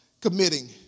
committing